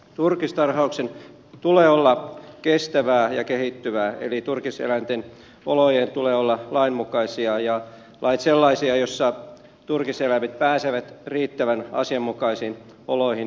turkistarhauksen tulee olla kestävää ja kehittyvää eli turkiseläinten olojen tulee olla lainmukaisia ja lakien sellaisia joissa turkiseläimet pääsevät riittävän asianmukaisiin oloihin ja tiloihin